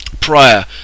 prior